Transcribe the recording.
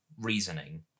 reasoning